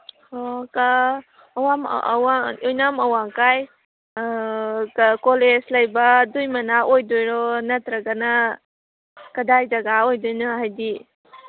ꯑꯣ ꯑꯣꯏꯅꯥꯝ ꯑꯋꯥꯡꯀꯥꯏ ꯀꯣꯂꯦꯖ ꯂꯩꯕ ꯑꯗꯨꯏ ꯃꯅꯥꯛ ꯑꯣꯏꯗꯣꯏꯔ ꯅꯠꯇ꯭ꯔꯒꯅ ꯀꯗꯥꯏ ꯖꯒꯥ ꯑꯣꯏꯗꯣꯏꯅꯣ ꯍꯥꯏꯗꯤ